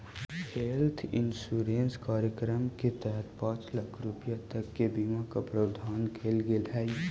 health insurance कार्यक्रम के तहत पांच लाख रुपया तक के बीमा के प्रावधान कैल गेल हइ